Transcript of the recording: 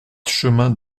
chemin